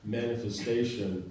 manifestation